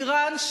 אירן,